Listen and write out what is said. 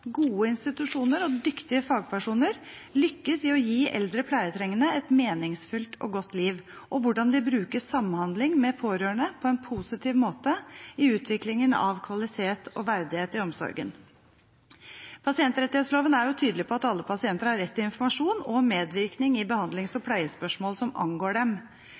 gode institusjoner og dyktige fagpersoner lykkes i å gi eldre, pleietrengende et meningsfylt og godt liv, og hvordan de bruker samhandling med pårørende på en positiv måte i utviklingen av kvalitet og verdighet i omsorgen. Pasientrettighetsloven er tydelig på at alle pasienter har rett til informasjon og medvirkning i behandlings- og pleiespørsmål som angår dem.